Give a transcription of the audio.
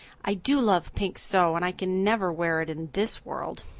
i do love pink so and i can never wear it in this world.